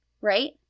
Right